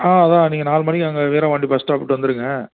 ஆ அதுதான் நீங்கள் நாலு மணிக்கு அங்கே வீரபாண்டி பஸ் ஸ்டாப்பு கிட்டே வந்துடுங்க